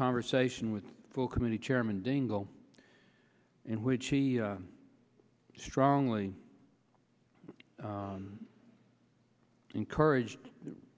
conversation with full committee chairman dingell in which he strongly encouraged